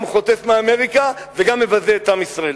גם חוטף מאמריקה וגם מבזה את עם ישראל.